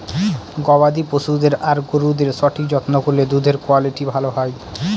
গবাদি পশুদের আর গরুদের সঠিক যত্ন করলে দুধের কুয়ালিটি ভালো হয়